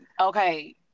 Okay